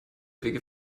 wege